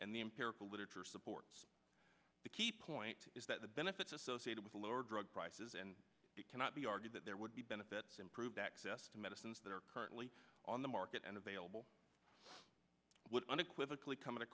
and the empirical literature supports the key point is that the benefits associated with lower drug prices and it cannot be argued that there would be benefits improved access to medicines that are currently on the market and available would unequivocally com